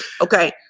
Okay